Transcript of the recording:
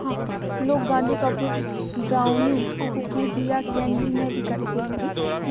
लोग गांजे का उपयोग ब्राउनी, कुकीज़ या कैंडी में भी करते है